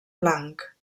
blanc